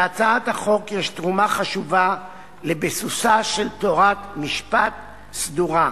בהצעת החוק יש תרומה חשובה לביסוסה של תורת משפט סדורה.